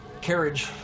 carriage